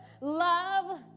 love